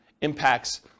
impacts